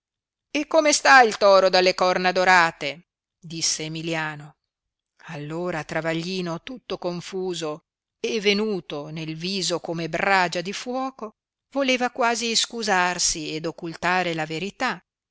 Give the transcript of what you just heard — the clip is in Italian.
e come sta il toro dalle corna dorate disse emilliano allora travaglino lutto confuso e venuto nel viso come bragia di fuoco voleva quasi iscusarsi ed occultare la verità